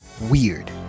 weird